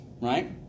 right